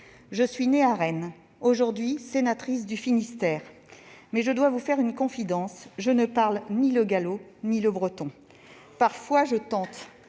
je suis aujourd'hui sénatrice du Finistère, mais je dois vous faire une confidence : je ne parle ni le gallo ni le breton. Parfois, je tente.